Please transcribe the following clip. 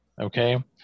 okay